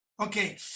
Okay